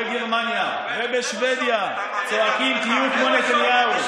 בגרמניה ובשבדיה צועקים: תהיו כמו נתניהו.